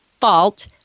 Fault